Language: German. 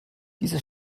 die